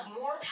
more